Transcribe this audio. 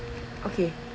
okay